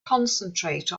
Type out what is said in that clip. concentrate